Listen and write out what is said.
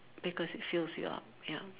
because it fills you up ya